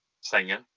singer